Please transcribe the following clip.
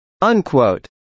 Unquote